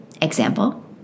Example